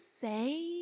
say